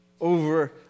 over